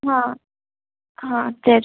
हा हा जय